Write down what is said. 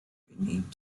need